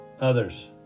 others